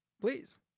Please